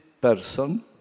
person